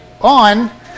on